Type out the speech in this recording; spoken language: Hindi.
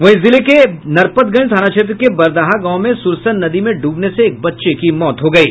वहीं जिले के नरपतगंज थाना क्षेत्र के बरदाहा गांव में सुरसर नदी में डूबने से एक बच्चे की मौत हो गयी